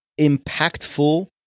impactful